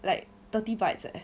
like thirty bites eh